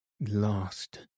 lost